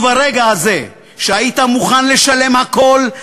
וברגע הזה שהיית מוכן לשלם הכול,